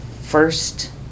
First